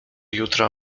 jutro